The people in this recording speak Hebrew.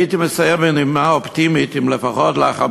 הייתי מסיים בנימה אופטימית אם לפחות לאחר